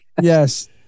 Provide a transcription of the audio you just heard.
Yes